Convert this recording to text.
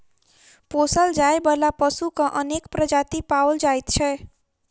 पोसल जाय बला पशुक अनेक प्रजाति पाओल जाइत छै